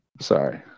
Sorry